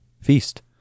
feast